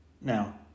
Now